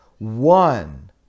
One